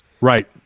Right